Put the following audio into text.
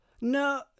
No